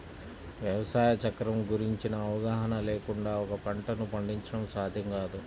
వ్యవసాయ చక్రం గురించిన అవగాహన లేకుండా ఒక పంటను పండించడం సాధ్యం కాదు